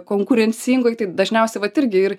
konkurencingoj tai dažniausiai vat irgi ir